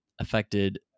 affected